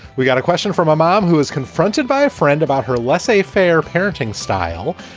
we've got a question for my mom, who is confronted by a friend about her less a fair parenting style.